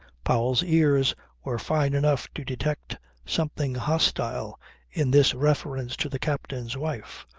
powell's ears were fine enough to detect something hostile in this reference to the captain's wife.